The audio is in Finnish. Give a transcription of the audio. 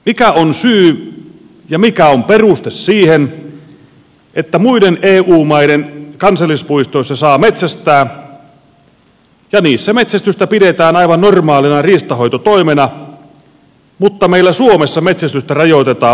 mikä on syy ja mikä on peruste siihen että muiden eu maiden kansallispuistoissa saa metsästää ja niissä metsästystä pidetään aivan normaalina riistanhoitotoimena mutta meillä suomessa metsästystä rajoitetaan voimakkaasti